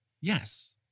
Yes